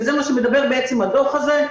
ועל זה מדבר בעצם הדוח הזה,